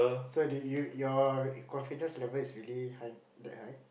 so do you your confidence level is really high that high